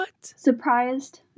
surprised